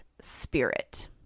spirit